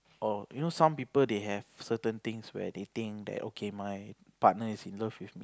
or you know some people they have certain things where they think that okay my partner is in love with